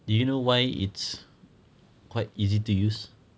do you know why it's quite easy to use